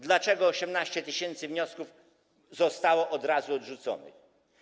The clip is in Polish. Dlaczego 18 tys. wniosków zostało od razu odrzuconych?